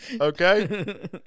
Okay